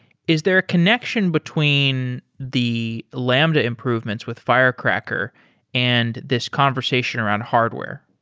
is there a connection between the lambda improvements with firecracker and this conversation around hardware?